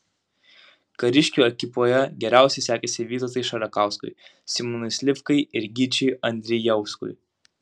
kariškių ekipoje geriausiai sekėsi vytautui šarakauskui simonui slivkai ir gyčiui andrijauskui